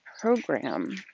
program